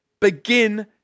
Begin